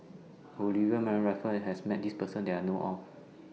Olivia Mariamne Raffles and Suzairhe Sumari has Met This Person that I know of